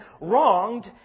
wronged